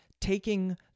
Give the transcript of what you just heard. taking